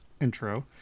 intro